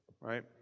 right